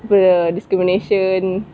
include the discrimination